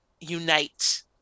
unite